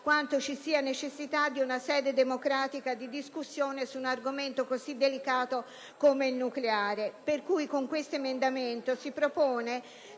quanto sia necessaria una sede democratica di discussione su un argomento così delicato come l'energia nucleare. Con questo emendamento si propone